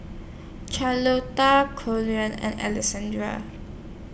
Charlotta Corey and Alexandra